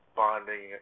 bonding